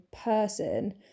person